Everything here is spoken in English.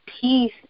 peace